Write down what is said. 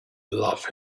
love